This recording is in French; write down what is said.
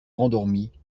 rendormit